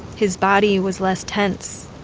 his body was less tense.